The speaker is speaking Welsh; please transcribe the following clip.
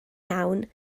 iawn